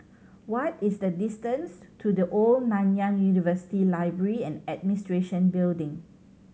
what is the distance to The Old Nanyang University Library and Administration Building